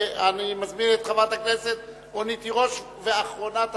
אני מזמין את חברת הכנסת רונית תירוש,